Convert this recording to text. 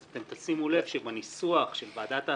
אז אתם תשימו לב שבניסוח של ועדת ההסכמות,